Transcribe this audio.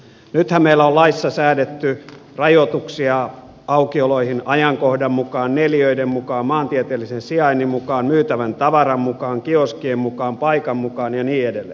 nythän meillä on laissa säädetty rajoituksia aukioloihin ajankohdan mukaan neliöiden mukaan maantieteellisen sijainnin mukaan myytävän tavaran mukaan kioskien mukaan paikan mukaan ja niin edelleen